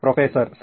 professor ಸರಿ